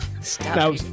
stop